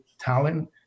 talent